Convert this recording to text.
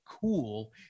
cool